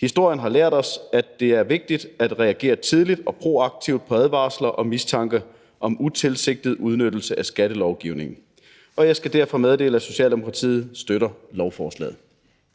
Historien har lært os, at det er vigtigt at reagere tidligt og proaktivt på advarsler og mistanke om utilsigtet udnyttelse af skattelovgivningen. Jeg skal derfor meddele, at Socialdemokratiet støtter lovforslaget.